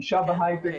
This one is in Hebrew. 'אישה בהייטק',